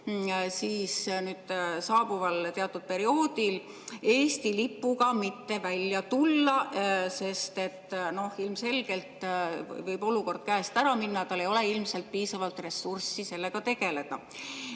palub nüüd saabuval teatud perioodil Eesti lipuga mitte välja tulla, sest ilmselgelt võib olukord käest ära minna, tal ei ole ilmselt piisavalt ressurssi sellega tegeleda.